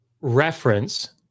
reference